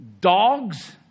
dogs